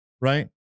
right